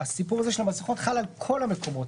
הסיפור הזה של המסכות חל על כל המקומות,